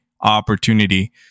opportunity